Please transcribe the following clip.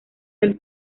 del